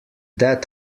that